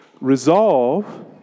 Resolve